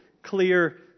clear